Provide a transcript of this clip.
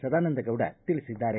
ಸದಾನಂದಗೌಡ ತಿಳಿಸಿದ್ದಾರೆ